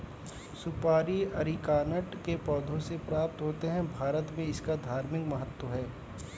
सुपारी अरीकानट के पौधों से प्राप्त होते हैं भारत में इसका धार्मिक महत्व है